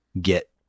get